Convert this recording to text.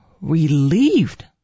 relieved